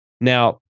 Now